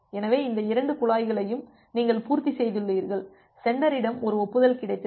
எனவே இந்த இரண்டு குழாய்களையும் நீங்கள் பூர்த்தி செய்துள்ளீர்கள் சென்டரிடம் ஒரு ஒப்புதல் கிடைத்தது